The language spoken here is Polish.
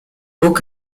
bóg